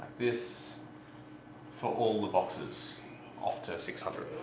this for all the boxes off to six hundred.